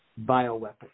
bioweapon